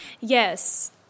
Yes